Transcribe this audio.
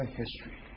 history